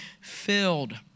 filled